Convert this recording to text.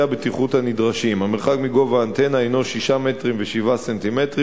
הבטיחות הנדרשים: המרחק מגובה האנטנה הינו 6.07 מטר,